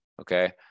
Okay